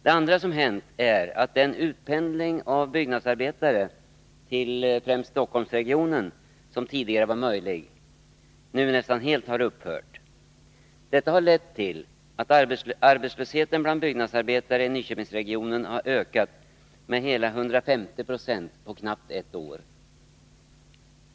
Det andra som har hänt är att den utpendling av byggnadsarbetare till främst Stockholmsregionen som tidigare var möjlig nu nästan helt har upphört. Detta har lett till att arbetslösheten bland byggnadsarbetare i Nyköpingsregionen har ökat med hela 150 976 på knappt ett år.